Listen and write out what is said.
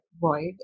void